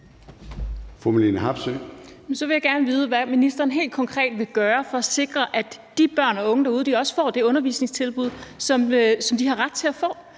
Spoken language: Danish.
Så vil jeg gerne vide, hvad ministeren helt konkret vil gøre for at sikre, at de børn og unge derude også får det undervisningstilbud, som de har ret til at få.